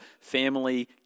family